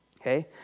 Okay